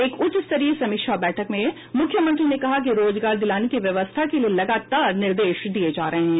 एक उच्चस्तरीय समीक्षा बैठक में मुख्यमंत्री ने कहा कि रोजगार दिलाने की व्यवस्था के लिए लगातार निर्देश दिये जा रहे हैं